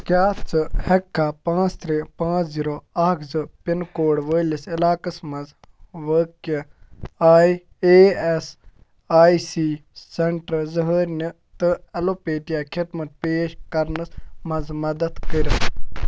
کیٛاہ ژٕ ہٮ۪ککھا پانٛژھ ترٛےٚ پانٛژھ زیٖرو اَکھ زٕ پِن کوڈ وٲلِس عِلاقس منٛز واقع آی E S I C centre زِھٲرنہِ تہٕ اٮ۪لوپیتھیا خدمت پیش کرنس منٛز مدتھ کٔرِتھ